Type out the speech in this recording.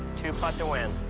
two putt to win.